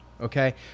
okay